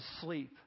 sleep